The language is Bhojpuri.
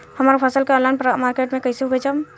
हमार फसल के ऑनलाइन मार्केट मे कैसे बेचम?